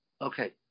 Okay